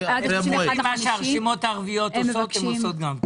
מה שהרשימות הערביות עושות הם עושים גם כן.